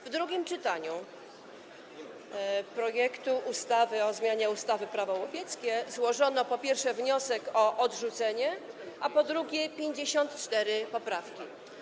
W drugim czytaniu projektu ustawy o zmianie ustawy Prawo łowieckie złożono, po pierwsze, wniosek o odrzucenie, a po drugie, 54 poprawki.